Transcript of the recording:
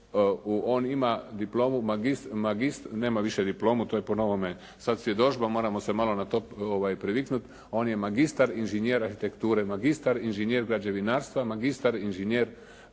on ima diplomu, nema više diplomu, to je po novome sad svjedodžba, moramo se malo na to priviknut, on je magistar inženjer arhitekture, magistar inženjer građevinarstva, magistar inženjer